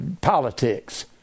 politics